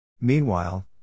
Meanwhile